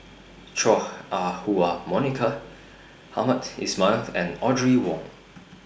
Chua Ah Huwa Monica Hamed Ismail and Audrey Wong